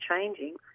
changing